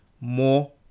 more